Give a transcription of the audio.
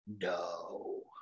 No